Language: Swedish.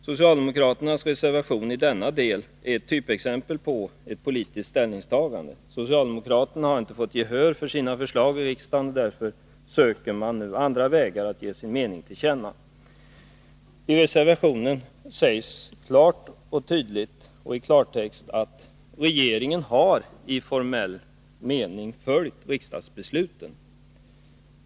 Socialdemokraternas reservation i denna del är ett typexempel på ett politiskt ställningstagande. Socialdemokraterna har inte fått gehör för sina förslag i riksdagen, varför man söker andra vägar att ge sin mening till känna. I reservationen sägs klart och tydligt att regeringen i formell mening har följt riksdagsbesluten.